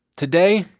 today,